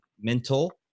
mental